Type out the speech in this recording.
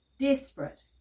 Desperate